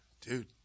Dude